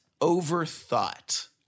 overthought